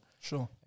sure